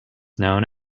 known